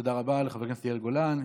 תודה רבה לחבר הכנסת יאיר גולן.